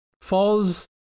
falls